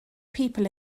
people